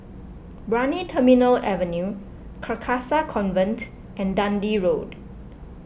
Brani Terminal Avenue Carcasa Convent and Dundee Road